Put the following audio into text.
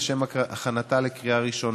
לשם הכנתה לקריאה ראשונה.